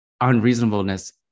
unreasonableness